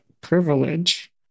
privilege